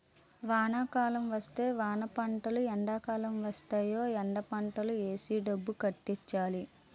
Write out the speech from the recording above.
వానాకాలం వస్తే వానపంటలు ఎండాకాలం వస్తేయ్ ఎండపంటలు ఏసీ డబ్బు గడించాలి